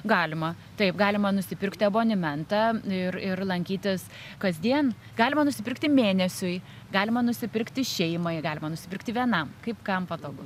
galima taip galima nusipirkt abonementą ir ir lankytis kasdien galima nusipirkti mėnesiui galima nusipirkti šeimai galima nusipirkti vienam kaip kam patogu